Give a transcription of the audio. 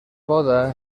poda